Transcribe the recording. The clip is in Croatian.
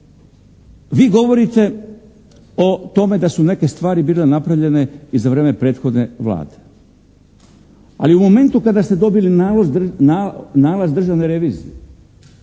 Vi govorite o tome da su neke stvari bile napravljene i za vrijeme prethodne Vlade. Ali u momentu kada ste dobili nalaz državne revizije